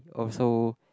also